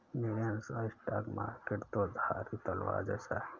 मेरे अनुसार stock market दो धारी तलवार जैसा है